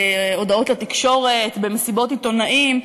בהודעות לתקשורת, במסיבות עיתונאים.